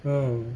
mm